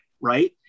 Right